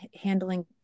handling